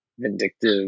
vindictive